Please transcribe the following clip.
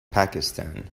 pakistan